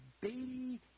baby